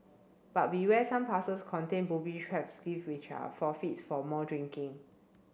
but beware some parcels contain booby traps gift which are forfeits for more drinking